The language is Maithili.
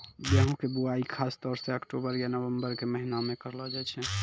गेहूँ के बुआई खासतौर सॅ अक्टूबर या नवंबर के महीना मॅ करलो जाय छै